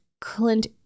Clint